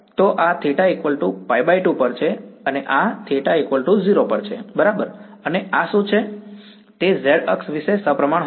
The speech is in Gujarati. તો આ θ π2 પર છે આ θ 0 પર છે બરાબર અને આ શું તે z અક્ષ વિશે સપ્રમાણ હશે